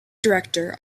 director